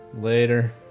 Later